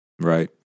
right